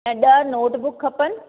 ऐं ॾह नोटबुक खपनि